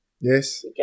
Yes